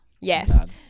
Yes